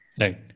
Right